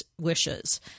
wishes